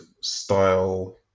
style